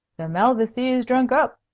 the malvoisie is drunk up,